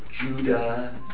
Judah